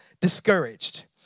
discouraged